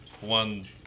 one